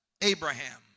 Abraham